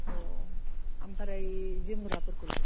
औ ओमफ्राय जोमग्राफोरखौलाय